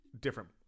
different